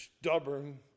stubborn